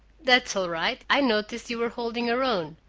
that's all right. i noticed you were holding your own,